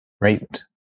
right